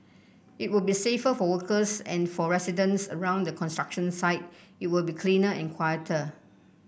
it will be safer for workers and for residents around the construction site it will be cleaner and quieter